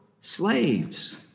slaves